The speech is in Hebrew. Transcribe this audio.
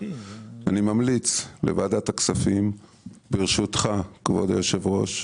אני ממליץ לוועדת הכספים בראשותך כבוד היושב-ראש,